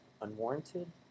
unwarranted